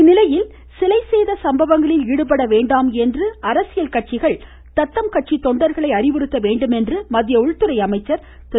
இதனிடையே சிலை சேத சம்பவங்களில் ஈடுபடவேண்டாம் என்று அரசியல் கட்சிகள் தத்தம் தொண்டர்களை அறிவுறுத்த வேண்டும் என்று மத்திய உள்துறை அமைச்சர் திரு